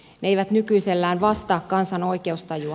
ne eivät nykyisellään vastaa kansan oikeustajua